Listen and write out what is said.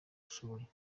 dushoboye